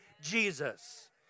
Jesus